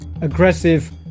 aggressive